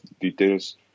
details